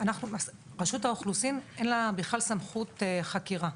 לרשות האוכלוסין אין בכלל סמכות חקירה.